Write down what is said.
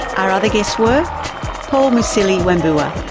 our other guests were paul musili wambua,